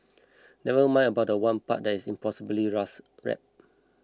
never mind about the one part that is an impossibly fast rap